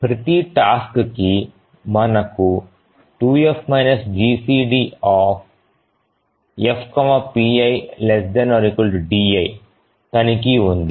ప్రతి టాస్క్ కి మనకు 2F GCDF pi ≤ di తనిఖీ ఉంది